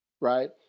Right